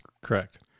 Correct